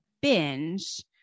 binge